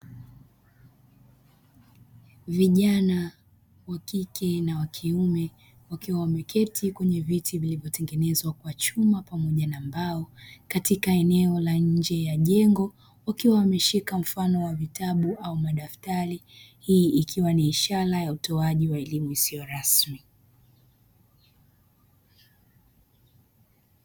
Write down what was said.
Vijana wa kike na wakiume wakiwa wameketi kwenye viti vilivyotengenezwa kwa chuma, pamoja na mbao, katika eneo la nje ya jengo wakiwa wameshika mfano wa vitabu au madaftari. Hii ikiwa ni ishara ya utoaji wa elimu isiyo rasmi.